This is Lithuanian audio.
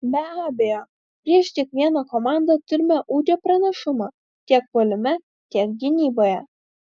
be abejo prieš kiekvieną komandą turime ūgio pranašumą tiek puolime tiek gynyboje